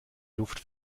luft